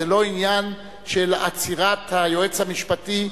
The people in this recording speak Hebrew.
זה לא עניין של עצירת היועץ המשפטי,